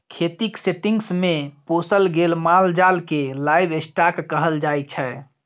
खेतीक सेटिंग्स मे पोसल गेल माल जाल केँ लाइव स्टाँक कहल जाइ छै